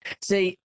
See